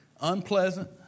unpleasant